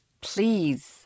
Please